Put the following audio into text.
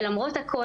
ולמרות הכול,